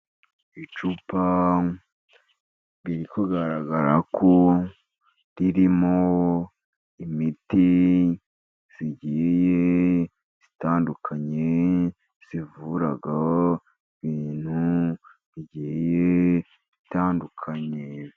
Icupa biri kugaragara ko ririmo imiti igiye itandukanye, ivura ibintu bigiye bitandukanye.